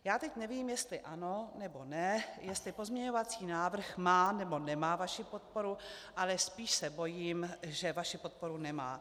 Já teď nevím, jestli ano, nebo ne, jestli pozměňovací návrh má, nebo nemá vaši podporu, ale spíš se bojím, že vaši podporu nemá.